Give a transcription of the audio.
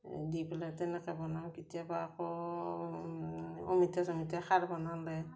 দি পেলাই তেনেকৈ বনাওঁ কেতিয়াবা আকৌ অমিতা চমিতা খাৰ বনালে